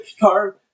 Car